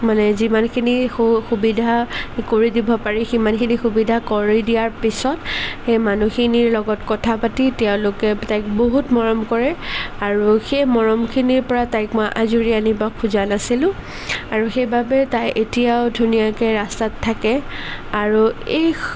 মানে যিমানখিনি সু সুবিধা কৰি দিব পাৰি সিমানখিনি সুবিধা কৰি দিয়াৰ পিছত সেই মানুহখিনিৰ লগত কথা পাতি তেওঁলোকে তাইক বহুত মৰম কৰে আৰু সেই মৰমখিনিৰ পৰা তাইক মই আঁজুৰি আনিব খোজা নাছিলোঁ আৰু সেইবাবে তাই এতিয়াও ধুনীয়াকৈ ৰাস্তাত থাকে আৰু এই